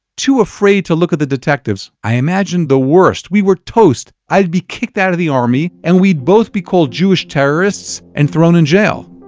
too afraid to look at the detectives, i imagined the worst. we were toast. i'd be kicked out of the army, and we'd both be called jewish terrorists and thrown in jail